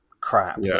crap